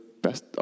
best